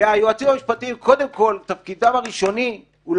היועצים המשפטיים תפקידם הראשוני הוא קודם